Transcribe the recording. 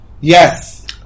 Yes